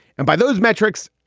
and by those metrics,